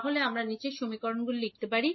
তো আমরা কী লিখতে পারি